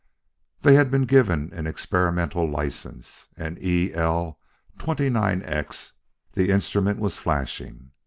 they had been given an experimental license, and e l twenty nine x the instrument was flashing,